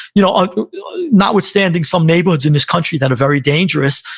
you know ah notwithstanding some neighborhoods in this country that are very dangerous,